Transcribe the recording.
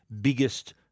biggest